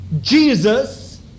Jesus